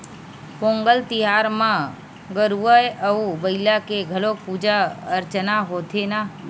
पोंगल तिहार म गरूवय अउ बईला के घलोक पूजा अरचना होथे न